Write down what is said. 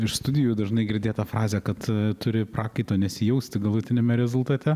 iš studijų dažnai girdėta frazė kad turi prakaito nesijausti galutiniame rezultate